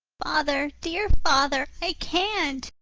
father, dear father, i can't,